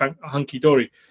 hunky-dory